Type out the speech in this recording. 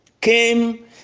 came